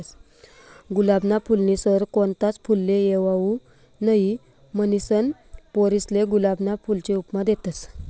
गुलाबना फूलनी सर कोणताच फुलले येवाऊ नहीं, म्हनीसन पोरीसले गुलाबना फूलनी उपमा देतस